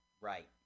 Right